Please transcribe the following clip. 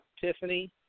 Tiffany